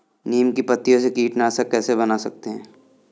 नीम की पत्तियों से कीटनाशक कैसे बना सकते हैं?